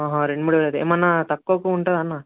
రెండు మూడు వేలు అవుతాయి ఏమైనా తక్కువకు ఉంటుందా అన్న